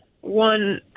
One